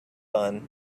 fun